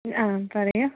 ആ പറയൂ